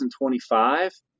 2025